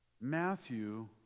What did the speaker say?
Matthew